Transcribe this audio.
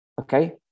okay